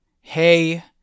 Hey